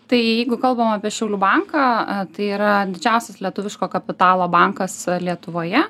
tai jeigu kalbam apie šiaulių banką tai yra didžiausias lietuviško kapitalo bankas lietuvoje